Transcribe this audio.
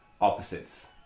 opposites